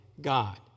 God